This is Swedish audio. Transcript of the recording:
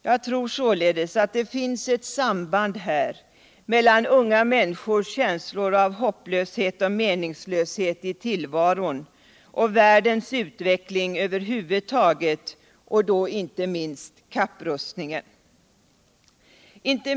Jag tror såtedes att det finns ett samband mellan unga människors känsla av hopplöshet och meningslöshet i tillvaron och världens utveckling över huvud taget -- och då inte minst kapprustningen.